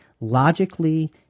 logically